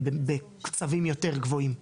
בקצבים יותר גבוהים.